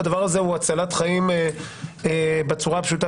הדבר הזה הוא הצלת חיים בצורה הפשוטה